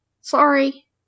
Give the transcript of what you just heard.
Sorry